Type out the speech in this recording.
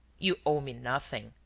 you owe me nothing,